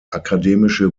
akademische